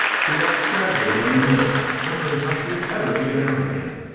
she walked sadly down the middle, wondering how she was ever to get out again.